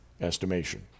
estimation